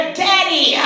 daddy